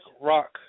rock